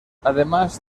además